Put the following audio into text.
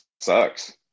sucks